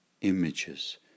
images